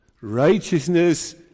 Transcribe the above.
Righteousness